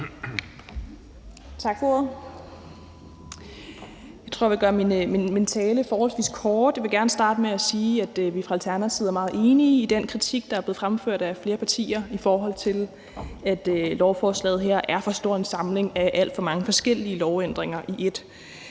Tak for ordet. Jeg tror, jeg vil gøre min tale forholdsvis kort. Jeg vil gerne starte med at sige, at vi fra Alternativets side er meget enige i den kritik, der er blevet fremført af flere partier, af, at lovforslaget her er for stor en samling af alt for mange forskellige lovændringer i ét